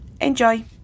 enjoy